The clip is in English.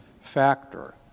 factor